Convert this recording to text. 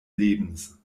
lebens